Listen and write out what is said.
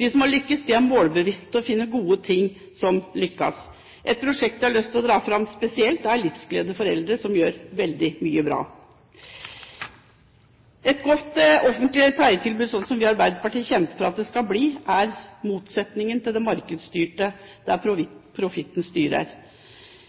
De som har lyktes, er målbevisste og finner gode ting som lykkes. Et prosjekt jeg har lyst til å dra spesielt fram, er Livsglede for Eldre, som gjør veldig mye bra. Et godt offentlig pleietilbud, slik som vi i Arbeiderpartiet kjemper for at det skal bli, er motsetningen til det markedsstyrte, der